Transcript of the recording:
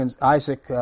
Isaac